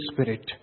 spirit